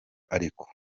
ariko